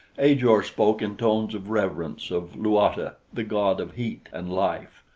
ajor spoke in tones of reverence of luata, the god of heat and life.